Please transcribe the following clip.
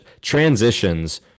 transitions